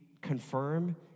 confirm